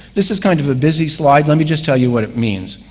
this is kind of a busy slide. let me just tell you what it means.